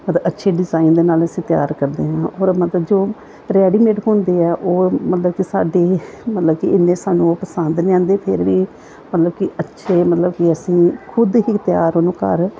ਮਤਲਬ ਅੱਛੇ ਡਿਜ਼ਾਇਨ ਦੇ ਨਾਲ ਅਸੀਂ ਤਿਆਰ ਕਰਦੇ ਹਾਂ ਔਰ ਮਤਲਬ ਜੋ ਰੈਡੀਮੇਡ ਹੁੰਦੇ ਆ ਉਹ ਮਤਲਬ ਕਿ ਸਾਡੇ ਮਤਲਬ ਕਿ ਇੰਨੇ ਸਾਨੂੰ ਉਹ ਪਸੰਦ ਨਹੀਂ ਆਉਂਦੇ ਫਿਰ ਵੀ ਮਤਲਬ ਕਿ ਅੱਛੇ ਮਤਲਬ ਕਿ ਅਸੀਂ ਖੁਦ ਹੀ ਤਿਆਰ ਉਹਨੂੰ ਘਰ